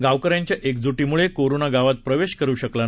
गावकऱ्यांच्या एकजुटीमुळे कोरोना गावात प्रवेश करू शकला नाही